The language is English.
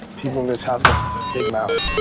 people in this house big mouths.